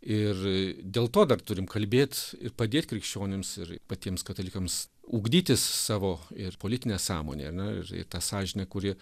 ir dėl to dar turim kalbėt ir padėt krikščionims ir patiems katalikams ugdyti savo ir politinę sąmonę ar ne ir tą sąžinę kuri